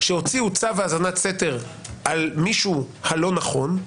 שהוציאו צו האזנת סתר על המישהו הלא נכון,